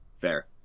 Fair